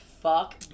fuck